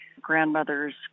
Grandmother's